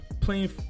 playing